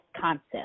concept